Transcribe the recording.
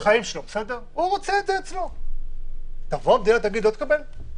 אז למה שהמדינה תגיד לו שהוא לא יכול לקבל?